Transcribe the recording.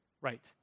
right